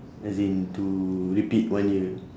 as in to repeat one year